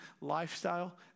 lifestyle